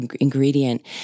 ingredient